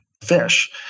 fish